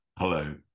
Hello